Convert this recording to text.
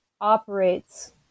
operates